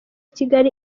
kigali